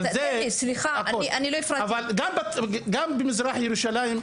גם במזרח ירושלים,